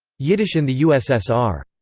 yiddish in the ussr.